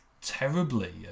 terribly